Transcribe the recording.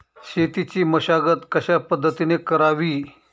शेतीची मशागत कशापद्धतीने करावी?